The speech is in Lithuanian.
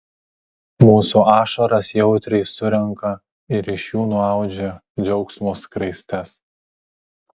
mūsų ašaras jautriai surenka ir iš jų nuaudžia džiaugsmo skraistes